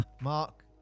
Mark